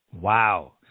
Wow